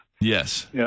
Yes